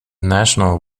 national